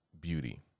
beauty